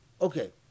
Okay